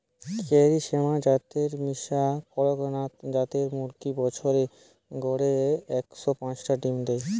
কারি শ্যামা জাতের মিশা কড়কনাথ জাতের মুরগি বছরে গড়ে একশ পাচটা ডিম দেয়